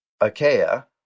Achaia